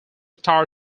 star